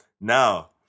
Now